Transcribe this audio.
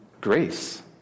grace